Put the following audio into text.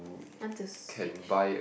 want to switch